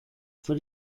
fue